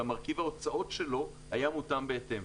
גם מרכיב ההוצאות שלו היה מותאם בהתאם.